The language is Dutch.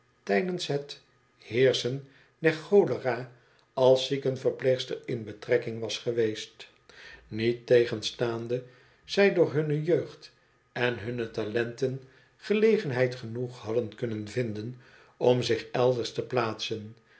tijdens het heersenen der cholera als ziekenverpleegster in betrekking was geweest niettegenstaande zij door hunne jeugd en hunne talenten gelegenheid genoeg hadden kunnen vinden om zich elders te plaatsen